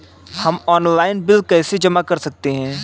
हम online bill कैसे जमा कर सकते हैं?